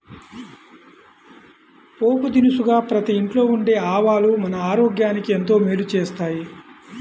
పోపు దినుసుగా ప్రతి ఇంట్లో ఉండే ఆవాలు మన ఆరోగ్యానికి ఎంతో మేలు చేస్తాయి